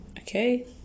Okay